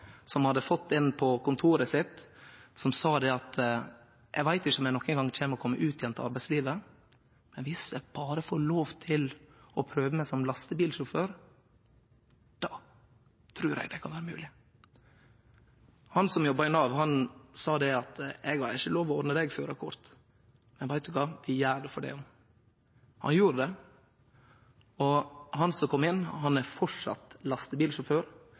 som hadde fått ein på kontoret sitt som sa: Eg veit ikkje om eg nokon gong kjem til å kome ut igjen i arbeidslivet, men viss eg berre får lov til å prøve meg som lastebilsjåfør, trur eg det kan vere mogleg. Han som jobba i Nav sa: Eg har ikkje lov til å ordne deg førarkort, men veit du kva? Vi gjer det for det om. Han gjorde det, og han som kom inn, er framleis lastebilsjåfør.